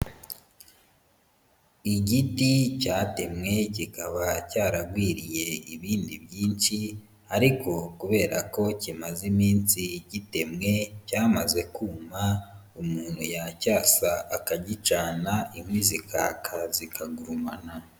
Igiti cyatemwe kikaba cyaragwiriye ibindi byinshi, ariko kubera ko kimaze iminsi gitemwe cyamaze kuma umuntu yacyasa akagicana inkwi zikaka zikagurumana.